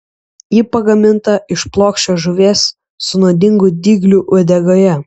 ji pagaminta iš plokščios žuvies su nuodingu dygliu uodegoje